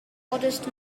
modest